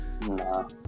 No